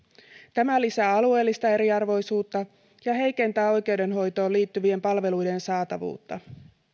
tämä lisää alueellista eriarvoisuutta ja heikentää oikeudenhoitoon liittyvien palvelujen saatavuutta